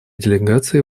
делегации